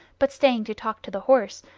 but staying to talk to the horse,